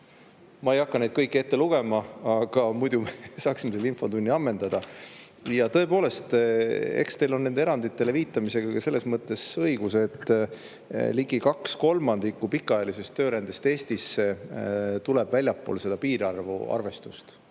Ma ei hakka neid kõiki ette lugema, muidu me saaksime selle infotunni ammendada. Ja tõepoolest, eks teil on nendele eranditele viitamisega selles mõttes õigus, et ligi kaks kolmandikku pikaajalisest töörändest Eestisse tuleb väljaspool piirarvu arvestust.